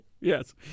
Yes